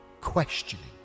...questioning